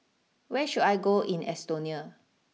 where should I go in Estonia